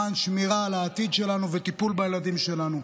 למען שמירה על העתיד שלנו וטיפול בילדים שלנו.